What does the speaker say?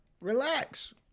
relax